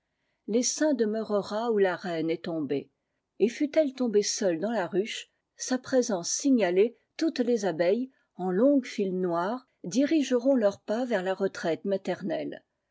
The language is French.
l'essaim demeurera où la reine est tomb et fût-elle tombée seule dans la ruche sa pi sencé signalée toutes les abeilles en longu files noires dirigeront leurs pas vers la retraite maternelle